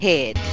Head